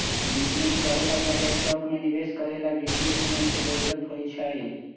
business करे ला चाहे स्टॉक में निवेश करे ला वित्तीय समझ के जरूरत होई छई